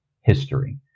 history